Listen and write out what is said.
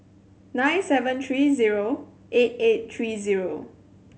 nine seven three zero eight eight three zero